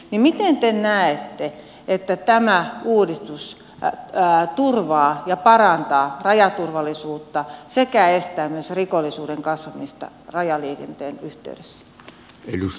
miten te näette että tämä uudistus turvaa ja parantaa rajaturvallisuutta sekä estää rikollisuuden kasvamista rajaliikenteen yhteydessä